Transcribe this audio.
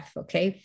okay